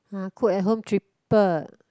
[huh] cook at home cheaper